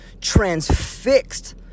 transfixed